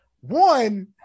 one